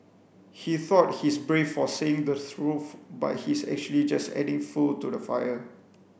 he thought he's brave for saying the truth but he's actually just adding fuel to the fire